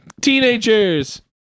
teenagers